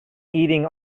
eating